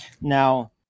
Now